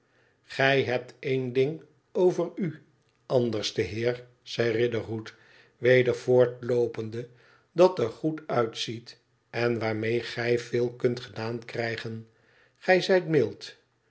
gij hebt één ding over u anderste heer zei riderhood weder voortloopende dat er goed uitziet en waarmee gij veel kunt gedaan krijgen gij zijt mild